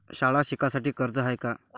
शाळा शिकासाठी कर्ज हाय का?